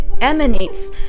emanates